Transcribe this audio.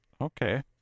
Okay